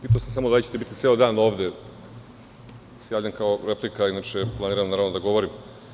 Pitam se samo da li ćete biti ceo dan ovde da se javljam kao replika, inače planiram, naravno, da govorim.